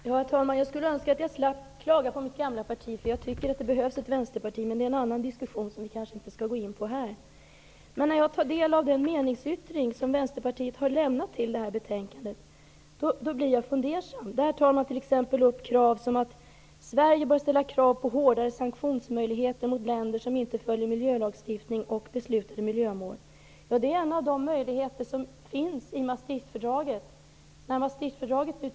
Herr talman! Jag skulle önska att jag slapp klaga på mitt gamla parti. Jag tycker nämligen att det behövs ett Vänsterparti, men det är en annan diskussion som vi kanske inte skall gå in på här. Men när jag tar del av den meningsyttring som Vänsterpartiet har lämnat till betänkande JoU2, blir jag fundersam. Kravet att ''Sverige bör ställa krav på hårdare sanktionsmöjligheter mot länder som inte följer miljölagstiftning och beslutade miljlömål.'' tas exempelvis upp. Det är en av de möjligheter som finns i Maastrichtfördraget.